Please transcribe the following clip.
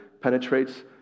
penetrates